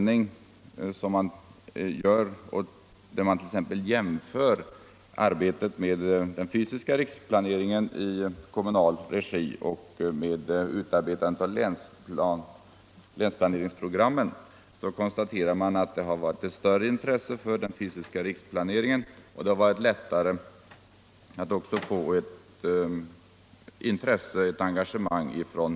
När man jämför arbetet på den fysiska riksplaneringen i kommunal regi med utarbetandet av länsplaneringsprogrammen konstaterar man att det varit ett större intresse för den fysiska riksplaneringen. Det har varit lättare att få medborgarna intresserade av och engagerade i den.